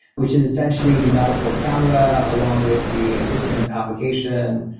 which is essentially the matterport camera along with the assistant application,